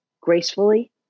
gracefully